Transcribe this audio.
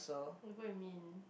oh what I mean